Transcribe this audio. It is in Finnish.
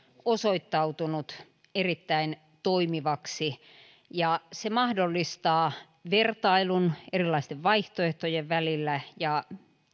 osoittautunut erittäin toimivaksi se mahdollistaa vertailun erilaisten vaihtoehtojen välillä ja